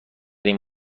این